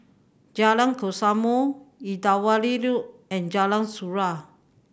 Jalan Kesoma Irrawaddy Road and Jalan Surau